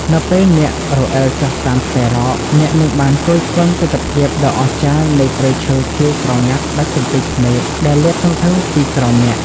នៅពេលអ្នករអិលចុះតាមខ្សែរ៉ក អ្នកនឹងបានគយគន់ទិដ្ឋភាពដ៏អស្ចារ្យនៃព្រៃឈើខៀវស្រងាត់ដាច់កន្ទុយភ្នែកដែលលាតសន្ធឹងពីក្រោមអ្នក។